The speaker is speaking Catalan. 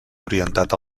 orientat